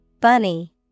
Bunny